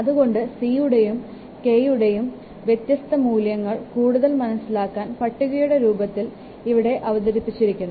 അതുകൊണ്ട് 'c'യുടെയും 'k'യുടെയും വ്യത്യസ്ത മൂല്യങ്ങൾ കൂടുതൽ മനസ്സിലാക്കാൻ പട്ടികയുടെ രൂപത്തിൽ ഇവിടെ അവതരിപ്പിച്ചിരിക്കുന്നു